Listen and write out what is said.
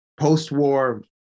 post-war